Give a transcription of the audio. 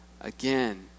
again